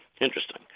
Interesting